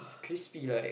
crispy ripe